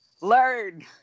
learn